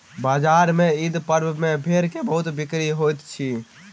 बजार में ईद पर्व में भेड़ के बहुत बिक्री होइत अछि